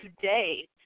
today